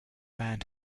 band